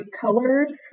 colors